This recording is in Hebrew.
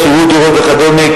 שכירות דירות וכדומה,